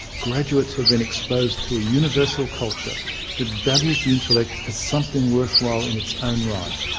graduates have been exposed to a universal culture that values the intellect as something worthwhile in its own right.